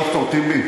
ד"ר טיבי,